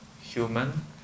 human